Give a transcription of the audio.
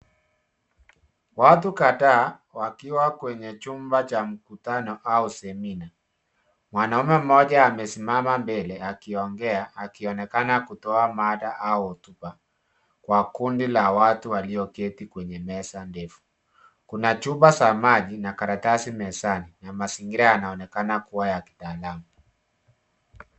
Watu kadhaa wakiwa kwenye chumba cha mkutano au semina. Mwanaume mmoja amesimama mbele akiongea akionekana kutoa mada au hotuba kwa kundi la watu walioketi kwenye meza ndefu. Kuna chupa za ndani na karatasi mezani na mazingira yanaonekana kuwa ya kitaalam.